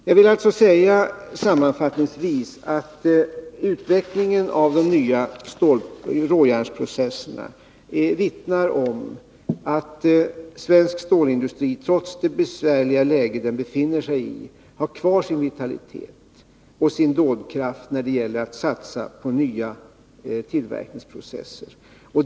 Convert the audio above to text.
Jag vill alltså säga sammanfattningsvis att utvecklingen av de nya råjärnsprocesserna vittnar om att svensk stålindustri, trots det besvärliga läge den befinner sig i, har kvar sin vitalitet och sin dådkraft när det gäller att satsa på nya tillverkningsprocesser.